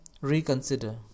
reconsider